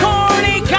Corny